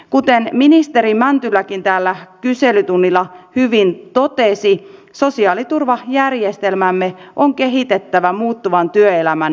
kuten ministeri mäntyläkin täällä kyselytunnilla hyvin totesi sosiaaliturvajärjestelmäämme on kehitettävä muuttuvan työelämän suuntaan